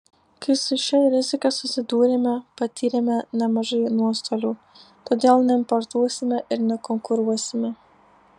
kai su šia rizika susidūrėme patyrėme nemažai nuostolių todėl neimportuosime ir nekonkuruosime